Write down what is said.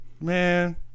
Man